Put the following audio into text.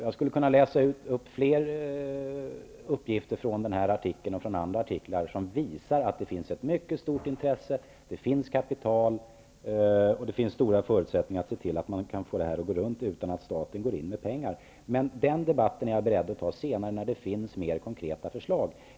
Jag skulle kunna läsa upp fler uppgifter som visar att det finns ett mycket stort intresse, det finns kapital och stora förutsättningar för att se till att detta går runt utan att staten går in med pengar. Men den debatten är jag beredd att ta senare, när det finns mer konkreta förslag.